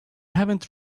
haven’t